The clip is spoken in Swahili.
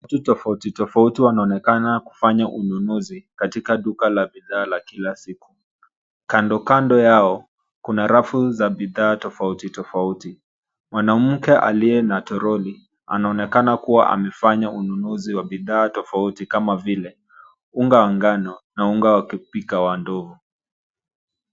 Watu tofauti tofauti wanaonekana kufanya ununuzi, katika duka la bidhaa la kila siku. Kandokando yao, kuna rafu za bidhaa tofauti tofauti. Mwanamke aliye na troli, anaonekana kuwa amefanya ununuzi wa bidhaa tofauti kama vile unga wa ngano, na unga wa kupika wa ndovu.